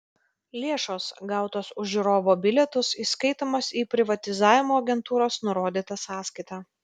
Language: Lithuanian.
lėšos gautos už žiūrovo bilietus įskaitomos į privatizavimo agentūros nurodytą sąskaitą